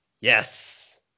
Yes